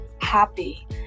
happy